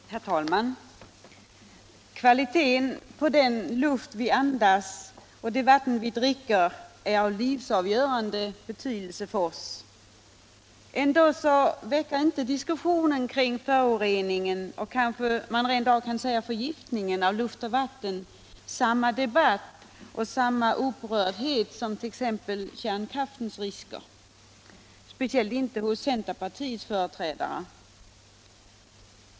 Herr talman! Kvaliteten på den luft vi andas och det vatten vi dricker är av livsavgörande betydelse för oss. Ändock väcker inte diskussionen kring föroreningen — kanske man rentav kan säga förgiftningen — av luft och vatten samma debatt och samma upprördhet som t.ex. kärnkraftens risker, speciellt inte hos centerpartiets företrädare.